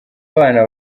abana